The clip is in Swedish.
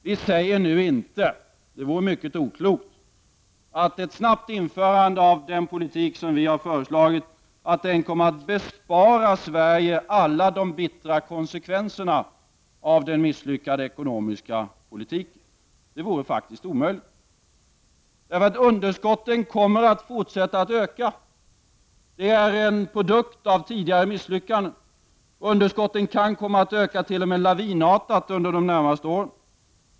Vi säger nu inte, det vore mycket oklokt, att ett snabbt införande av den politik som vi har föreslagit kommer att bespara Sverige alla de bittra konsekvenserna av den misslyckade ekonomiska politiken. Det vore faktiskt omöjligt. Underskotten kommer att fortsätta att öka. Det är en produkt av tidigare misslyckanden. Underskotten kan t.o.m. komma att öka lavinartat under de närmaste åren.